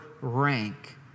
rank